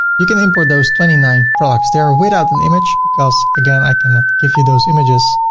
you can import those twenty nine products. they are without an image, because again, i cannot give you those images,